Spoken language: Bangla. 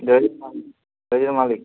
গাড়ির মালিক গাড়ির মালিক